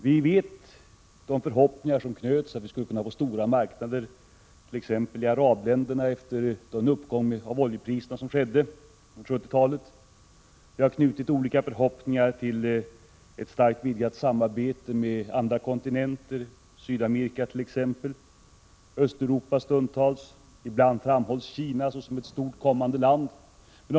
Vi känner till de förhoppningar som knöts till att vi skulle kunna få stora marknader t.ex. i arabländerna efter den uppgång av oljepriserna som skedde på 1970-talet. Vi har knutit olika förhoppningar till ett starkt vidgat samarbete med andra kontinenter, t.ex. Sydamerika, och stundtals Östeuropa. Ibland framhålls Kina såsom ett land som kommer stort.